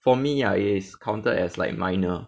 for me ah is counted as like minor